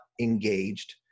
engaged